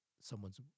someone's